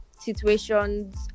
situations